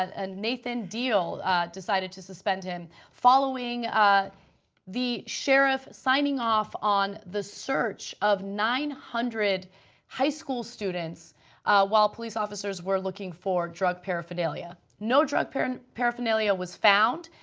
ah nathan deal decided to suspend him following ah the sheriff signing off on the search of nine hundred high school students while police officers were looking for drug paraphernalia. no drug paraphernalia was found,